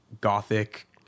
gothic